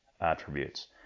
attributes